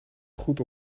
goed